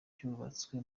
byubatswe